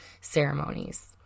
ceremonies